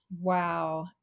Wow